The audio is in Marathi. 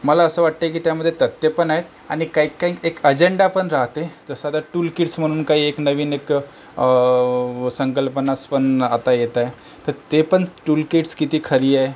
मला असं वाटते की त्यामध्ये तथ्यं पण आहे आणि काही काही एक अजेंडा पण राहते जसं आता टूल किड्स म्हणून काही एक नवीन एक संकल्पना पण आता येत आहे ते पण टूल किड्स किती खरी आहे